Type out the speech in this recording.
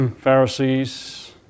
Pharisees